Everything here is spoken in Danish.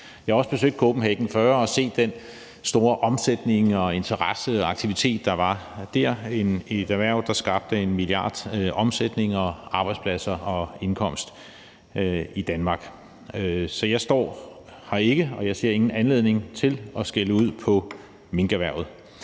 Jeg har også besøgt Kopenhagen Fur og set den store omsætning og interesse og aktivitet, der var dér – et erhverv, der skabte en milliardomsætning og arbejdspladser og indkomst i Danmark. Så jeg står her ikke for at skælde ud på minkerhvervet,